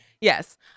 Yes